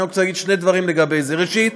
אני רוצה להגיד שני דברים לגבי זה: ראשית,